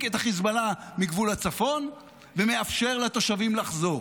את החיזבאללה מגבול הצפון ומאפשר לתושבים לחזור.